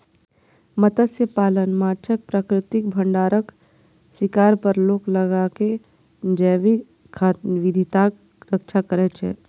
मत्स्यपालन माछक प्राकृतिक भंडारक शिकार पर रोक लगाके जैव विविधताक रक्षा करै छै